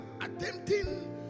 attempting